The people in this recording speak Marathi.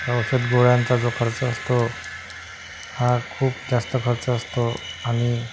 औषध गोळ्यांचा जो खर्च असतो हा खूप जास्त खर्च असतो आणि